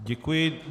Děkuji.